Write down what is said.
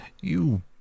You